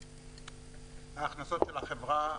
ההכנסות של החברה,